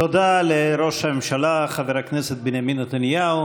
תודה לראש הממשלה חבר הכנסת בנימין נתניהו.